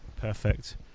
Perfect